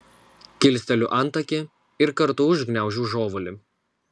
kilsteliu antakį ir kartu užgniaužiu žiovulį